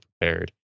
prepared